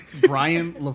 Brian